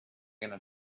gonna